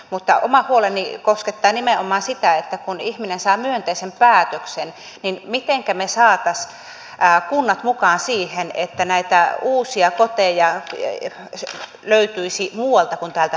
mutta oma huoleni koskettaa nimenomaan sitä että kun ihminen saa myönteisen päätöksen niin mitenkä me saisimme kunnat mukaan siihen että näitä uusia koteja löytyisi muualta kuin täältä ruuhka suomesta